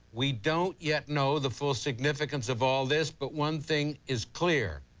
we don't yet know the full significance of all this but one thing is clear.